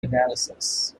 analysis